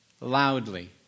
loudly